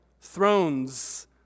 Thrones